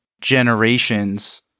generations